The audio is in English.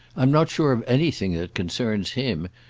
i'm not sure of anything that concerns him,